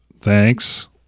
thanks